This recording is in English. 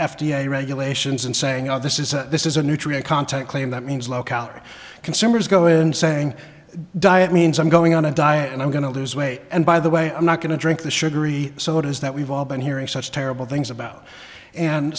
a regulations and saying oh this is a this is a nutria contact claim that means low calorie consumers go in saying diet means i'm going on a diet and i'm going to lose weight and by the way i'm not going to drink the sugary sodas that we've all been hearing such terrible things about and